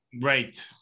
right